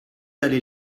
allez